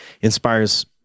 inspires